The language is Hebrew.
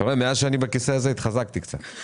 מאז שאני בכיסא הזה, התחזקתי קצת.